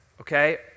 okay